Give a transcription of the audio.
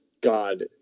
God